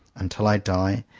until i die,